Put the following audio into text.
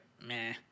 Meh